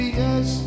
yes